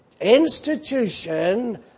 institution